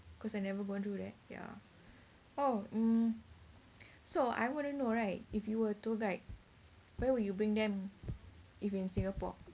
cause I never gone through that ya oh mm so I wanna know right if you were tour guide where would you bring them if in singapore